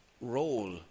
role